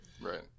right